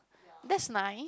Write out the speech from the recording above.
that's nice